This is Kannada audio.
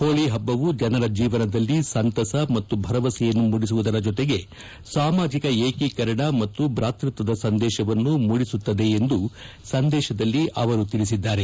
ಹೋಳಿ ಹಬ್ಬವು ಜನರ ಜೀವನದಲ್ಲಿ ಸಂತಸ ಮತ್ತು ಭರವಸೆಯನ್ನು ಮೂಡಿಸುವ ಜತೆಗೆ ಸಾಮಾಜಿಕ ಏಕೀಕರಣ ಮತ್ತು ಭಾತ್ಪತ್ವದ ಸಂದೇಶವನ್ನು ಮೂಡಿಸುತ್ತದೆ ಎಂದು ಸಂದೇಶದಲ್ಲಿ ಅವರು ಹೇಳಿದ್ದಾರೆ